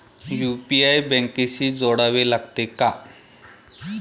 UPI बँकेशी जोडावे लागते का?